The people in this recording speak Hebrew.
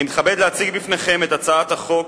אני מתכבד להציג בפניכם את הצעת חוק